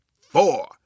four